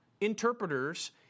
interpreters